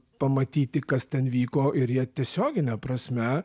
pamatyti kas ten vyko ir jie tiesiogine prasme